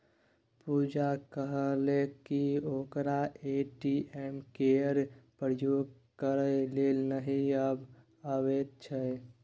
पुजा कहलकै कि ओकरा ए.टी.एम केर प्रयोग करय लेल नहि अबैत छै